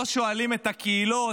לא שואלים את הקהילות,